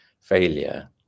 failure